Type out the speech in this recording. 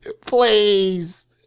please